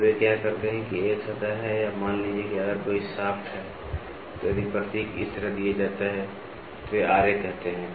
तो वे क्या करते हैं कि एक सतह है या मान लीजिए कि अगर कोई शाफ्ट है तो यदि प्रतीक इस तरह दिया जाता है तो वे Ra कहते हैं